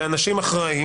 ואנשים אחראים,